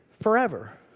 forever